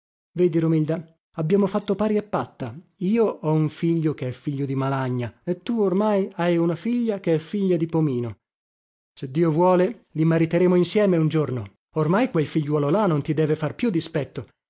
vedi romilda abbiamo fatto pari e patta io ho un figlio che è figlio di malagna e tu ormai hai una figlia che è figlia di pomino se dio vuole li mariteremo insieme un giorno ormai quel figliuolo là non ti deve far più dispetto